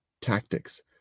tactics